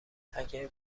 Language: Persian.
اگه